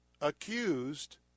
accused